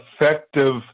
effective